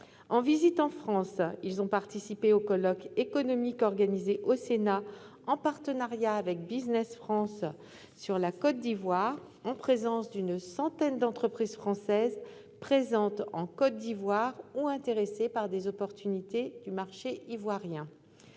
En visite en France, ils ont participé au colloque économique organisé au Sénat en partenariat avec Business France sur la Côte d'Ivoire, en présence d'une centaine d'entreprises françaises présentes en Côte d'Ivoire ou intéressées par les opportunités du marché ivoirien.